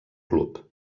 club